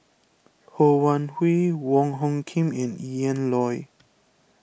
Ho Wan Hui Wong Hung Khim and Ian Loy